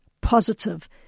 positive